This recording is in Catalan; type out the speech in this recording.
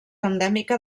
endèmica